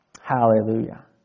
Hallelujah